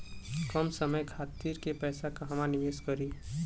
कम समय खातिर के पैसा कहवा निवेश करि?